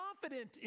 confident